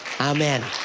Amen